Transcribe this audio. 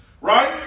Right